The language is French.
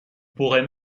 pourrait